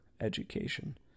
education